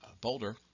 Boulder